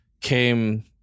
came